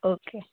okay